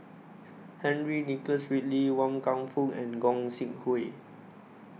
Henry Nicholas Ridley Wan Kam Fook and Gog Sing Hooi